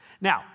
Now